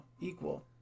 equal